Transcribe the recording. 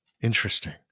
Interesting